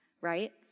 right